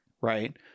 right